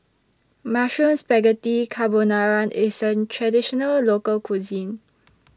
Mushroom Spaghetti Carbonara IS An Traditional Local Cuisine